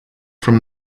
from